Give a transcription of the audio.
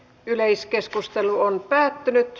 yleiskeskustelu päättyi